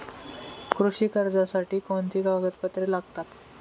कृषी कर्जासाठी कोणती कागदपत्रे लागतात?